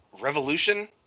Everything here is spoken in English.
Revolution